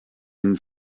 این